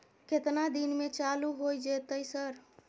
केतना दिन में चालू होय जेतै सर?